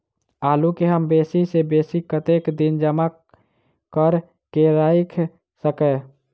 आलु केँ हम बेसी सऽ बेसी कतेक दिन जमा कऽ क राइख सकय